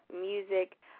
music